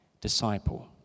disciple